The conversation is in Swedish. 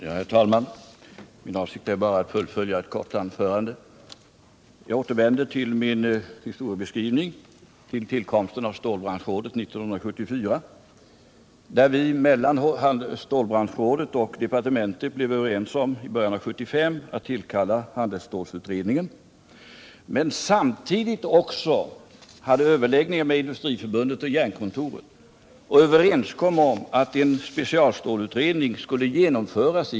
Herr talman! Min avsikt är bara att fullfölja mitt korta anförande. Jag återvänder till min historieskrivning, till tillkomsten av stålbranschrådet 1974. Stålbranschrådet och departementet blev 1975 överens om att tillkalla handelsstålutredningen. Samtidigt hade vi också överläggningar med Industriförbundet och Jernkontoret och kom med dem överens om att en specialstålutredning skulle genomföras.